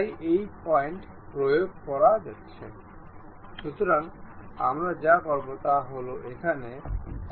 আমার এখানে দুটি ব্লক আছে দুটি কাঠের ব্লক আমরা এখানে দেখতে পাচ্ছি